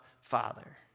Father